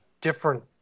different